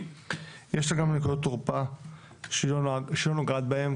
יש בה גם נקודות תורפה שהיא לא נוגעת בהן,